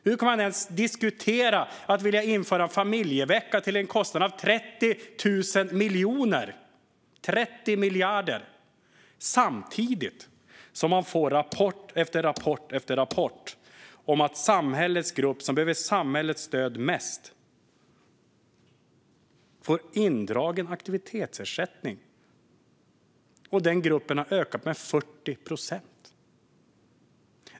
Hur kan man ens diskutera att vilja införa en familjevecka till en kostnad av 30 000 miljoner, 30 miljarder, samtidigt som man får rapport efter rapport om att den grupp som behöver samhällets stöd mest får indragen aktivitetsersättning och att den gruppen har ökat med 40 procent?